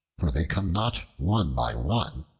for they come not one by one,